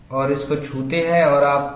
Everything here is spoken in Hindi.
और इसको छूता है और आपको PQ का मूल्य मिलता है